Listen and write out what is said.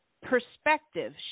perspective